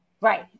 Right